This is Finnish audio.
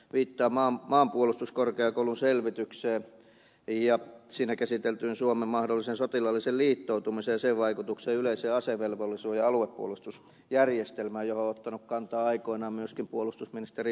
viittaan maanpuolustuskorkeakoulun selvitykseen ja siinä käsiteltyyn suomen mahdolliseen sotilaalliseen liittoutumiseen ja sen vaikutukseen yleiseen asevelvollisuuteen ja aluepuolustusjärjestelmään johon on ottanut kantaa aikoinaan myöskin puolustusministeri kääriäinen